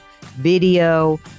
video